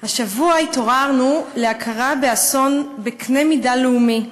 השבוע התעוררנו להכרה באסון בקנה מידה לאומי,